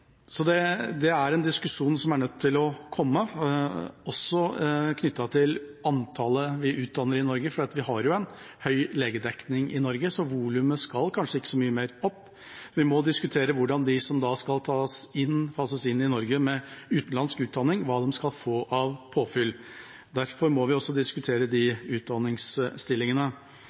så volumet skal kanskje ikke så mye mer opp, men vi må diskutere hva de som skal fases inn i Norge med utenlandsk utdanning, skal få av påfyll. Derfor må vi også diskutere de utdanningsstillingene.